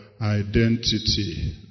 identity